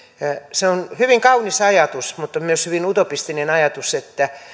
se on hyvin kaunis ajatus mutta myös hyvin utopistinen ajatus että